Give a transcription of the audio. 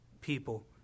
people